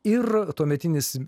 ir tuometinis